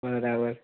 બરાબર